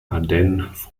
ardennes